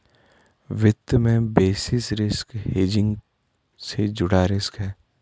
वित्त में basis risk hedging से जुड़ा रिस्क है